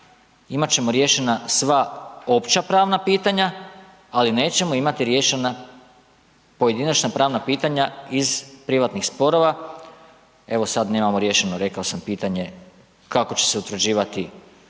imat ćemo riješena sva opća pravna pitanja ali nećemo imati riješena pojedinačna pravna pitanja iz privatnih sporova, evo sad nemamo riješeno, rekao sam pitanje, kako se će utvrđivati